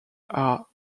are